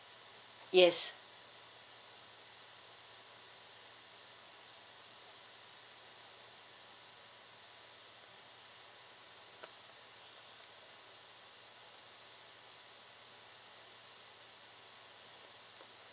yes